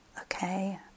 okay